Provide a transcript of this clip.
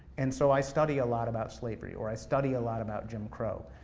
and so i study a lot about slavery, or i study a lot about jim crow.